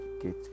get